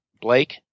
Blake